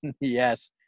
yes